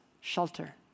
shelter